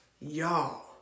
y'all